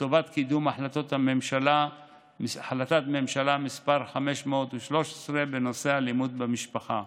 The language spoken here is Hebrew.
לטובת קידום החלטת ממשלה מס' 513 בנושא אלימות במשפחה.